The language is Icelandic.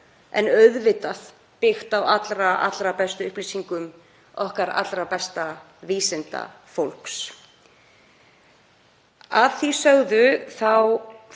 það að vera byggt á allra bestu upplýsingum okkar allra besta vísindafólks. Að því sögðu